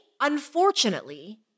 unfortunately